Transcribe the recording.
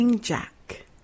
Jack